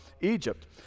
Egypt